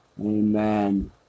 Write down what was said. Amen